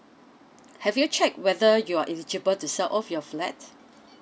have you checked whether you are eligible to sell off your flat